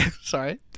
sorry